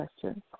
question